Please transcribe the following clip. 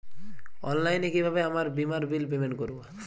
অনলাইনে কিভাবে আমার বীমার বিল পেমেন্ট করবো?